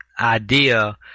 idea